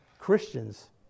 Christians